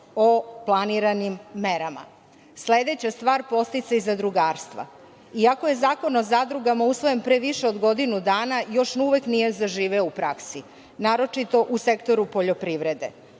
o planiranim merama. Sledeća stvar je podsticaj zadrugarstva. Iako je Zakon o zadrugama usvojen pre više od godinu dana, još uvek nije zaživeo u praksi, naročito u sektoru poljoprivrede.